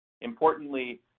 Importantly